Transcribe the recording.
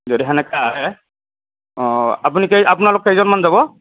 যদি সেনেকৈ আহে অঁ আপুনি কেই আপোনালোক কেইজনমান যাব